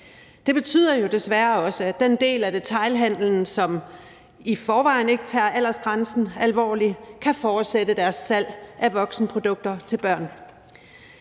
Det betyder jo desværre også, at den del af detailhandelen, som i forvejen ikke tager aldersgrænsen alvorligt, kan fortsætte deres salg af voksenprodukter til børn.